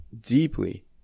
deeply